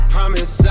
Promise